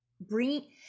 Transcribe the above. bring